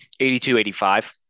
82-85